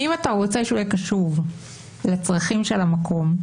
אם אתה רוצה שהוא יהיה קשוב לצורכי המקום,